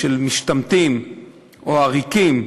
של משתמטים או עריקים,